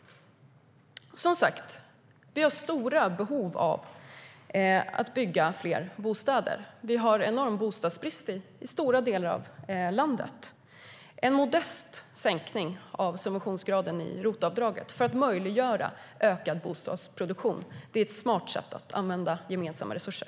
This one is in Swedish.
Vi har som sagt stora behov av att bygga fler bostäder. Vi har en enorm bostadsbrist i stora delar av landet. En modest sänkning av subventionsgraden i ROT-avdraget för att möjliggöra ökad bostadsproduktion är ett smart sätt att använda gemensamma resurser.